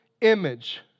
image